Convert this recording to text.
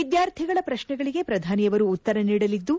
ವಿದ್ಯಾರ್ಥಿಗಳ ಪ್ರಶ್ನೆಗಳಿಗೆ ಪ್ರಧಾನಿಯವರು ಉತ್ತರ ನೀಡಲಿದ್ದು